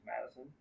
Madison